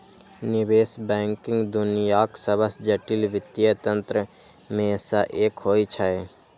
निवेश बैंकिंग दुनियाक सबसं जटिल वित्तीय तंत्र मे सं एक होइ छै